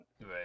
Right